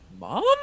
mom